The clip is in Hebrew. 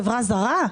חברה זרה?